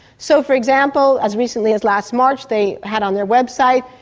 so for example, as recently as last march, they had on their website,